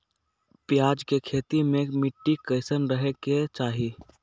प्याज के खेती मे मिट्टी कैसन रहे के चाही?